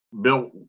Bill